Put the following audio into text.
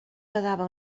quedava